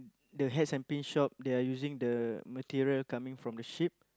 the hats and pins shop they're using the material coming from the ship